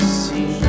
see